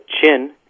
chin